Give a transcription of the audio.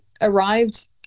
arrived